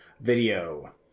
Video